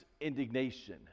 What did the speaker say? indignation